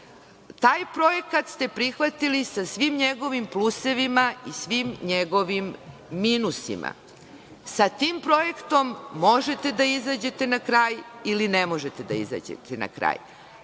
Taj projekat ste prihvatili sa svim njegovim plusevima i svim njegovim minusima. Sa tim projektom možete da izađete na kraj ili ne možete da izađete na kraj.